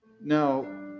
Now